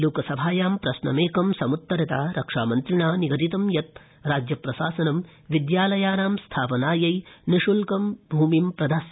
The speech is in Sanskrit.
लोकसभायां प्रश्नमेक समृत्तरता रक्षामन्त्रिणा निगदितं यत् राज्यप्रशासन विद्यालयानां स्थापनायातिशुल्कं भूमिं प्रदास्यति